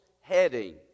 heading